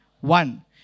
one